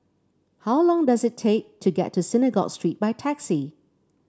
how long does it take to get to Synagogue Street by taxi